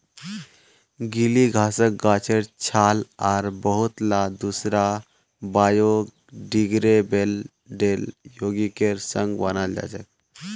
गीली घासक गाछेर छाल आर बहुतला दूसरा बायोडिग्रेडेबल यौगिकेर संग बनाल जा छेक